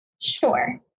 Sure